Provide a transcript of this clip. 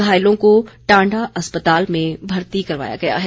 घायलों को टाण्डा अस्पताल में भर्ती करवाया गया है